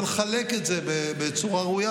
אז אני רוצה לחלק את זה בצורה ראויה,